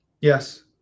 Yes